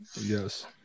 Yes